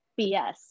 bs